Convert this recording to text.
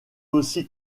aussi